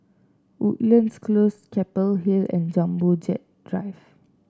Woodlands Close Keppel Hill and Jumbo Jet Drive